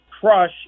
crush